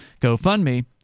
GoFundMe